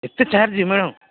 ଏତେ charge madam